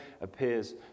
appears